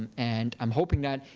and and i'm hoping that,